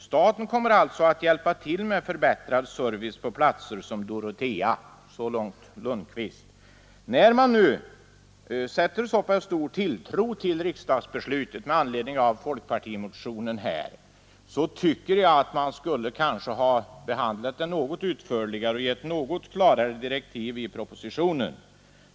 Staten kommer alltså att hjälpa till med förbättrad service på platser som Dorotea.” När man nu sätter så stor tilltro till riksdagsbeslutet med anledning av folkpartimotionen tycker jag att man skulle ha givit något klarare direktiv i propositionen.